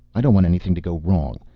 i don't want anything to go wrong.